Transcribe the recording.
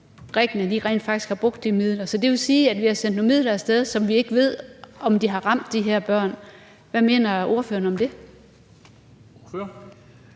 faktisk har brugt de midler. Så det vil sige, at vi har sendt nogle midler af sted, som vi ikke ved om har ramt de her børn. Hvad mener ordføreren om det?